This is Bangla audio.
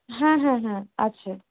হ্যাঁ হ্যাঁ হ্যাঁ আছে